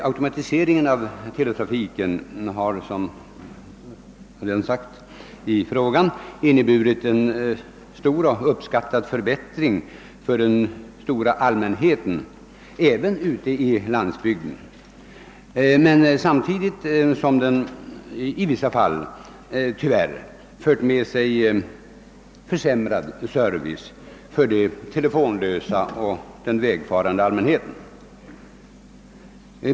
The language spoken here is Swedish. Automatiseringen av teletrafiken har inneburit en stor och uppskattad förbättring för den stora allmänheten, även ute på landsbygden, samtidigt som den i vissa fall tyvärr fört med sig försämrad service för de telefonlösa och för den vägfarande allmänheten.